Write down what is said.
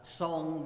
song